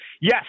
Yes